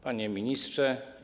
Panie Ministrze!